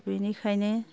बिनिखायनो